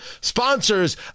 sponsors